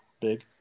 big